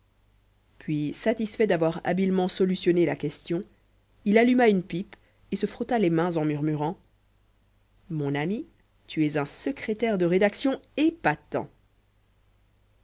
puis satisfait d'avoir habilement solutionné la question il alluma une pipe et se frotta les mains en murmurant mon ami tu es un secrétaire de rédaction épatant